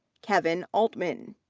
kevin altman,